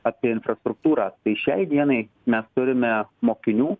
apie infrastruktūrą tai šiai dienai mes turime mokinių